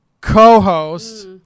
co-host